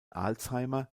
alzheimer